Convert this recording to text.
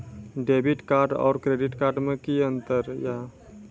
Debit card और credit card मे कि अंतर या?